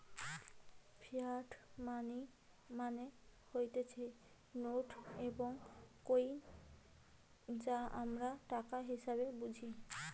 fiat money মানে হতিছে note এবং কইন যা আমরা টাকা হিসেবে বুঝি